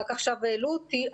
רק עכשיו העלו אותי.